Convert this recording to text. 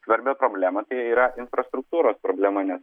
svarbią problemą tai yra infrastruktūros problema nes